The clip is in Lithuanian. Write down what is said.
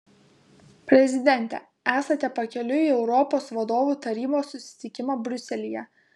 prezidente esate pakeliui į europos vadovų tarybos susitikimą briuselyje